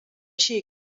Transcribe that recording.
així